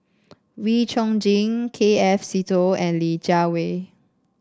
Wee Chong Jin K F Seetoh and Li Jiawei